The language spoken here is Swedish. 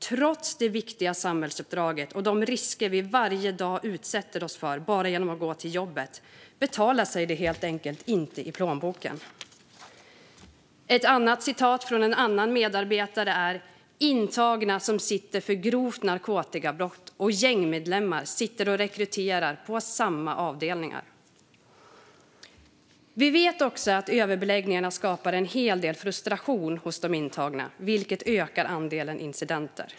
Trots det viktiga samhällsuppdraget och de risker vi varje dag utsätter oss för bara genom att gå till jobbet betalar sig helt enkelt inte i plånboken." Ett citat från en annan medarbetare är: "Intagna som sitter för grovt narkotikabrott och gängmedlemmar sitter och rekryterar på gemensamma avdelningar." Vi vet också att överbeläggningarna skapar en hel del frustration hos de intagna, vilket ökar antalet incidenter.